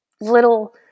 little